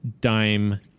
dime